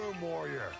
warrior